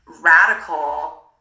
radical